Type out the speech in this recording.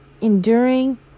enduring